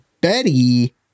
betty